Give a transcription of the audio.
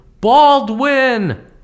BALDWIN